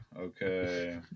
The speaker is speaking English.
Okay